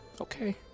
Okay